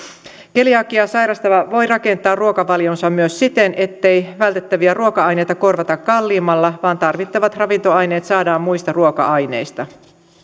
keliakiaa sairastava voi rakentaa ruokavalionsa myös siten ettei vältettäviä ruoka aineita korvata kalliimmalla vaan tarvittavat ravintoaineet saadaan muista ruoka aineista